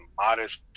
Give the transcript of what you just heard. modest